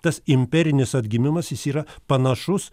tas imperinis atgimimas jis yra panašus